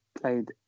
played